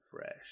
fresh